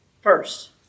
first